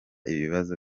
ibibazo